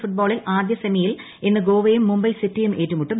L ഫുട്ബോളിൽ ആദ്യ സെമിയിൽ ഇന്ന് ഗോവയും മുംബൈ സ്റ്റീറ്റിയും ഏറ്റുമുട്ടും